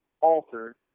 altered